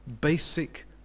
basic